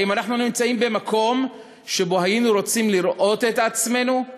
האם אנחנו נמצאים במקום שבו היינו רוצים לראות את עצמנו?